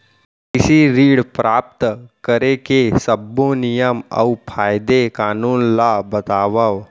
कृषि ऋण प्राप्त करेके सब्बो नियम अऊ कायदे कानून ला बतावव?